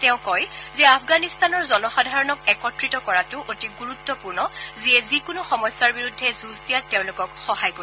তেওঁ কয় যে আফগানিস্তানৰ জনসাধাৰণক একত্ৰিত কৰাটো অতি গুৰুত্বপূৰ্ণ যিয়ে যিকোনো সমস্যাৰ বিৰুদ্ধে যুঁজ দিয়াত তেওঁলোকক সহায় কৰিব